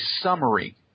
summary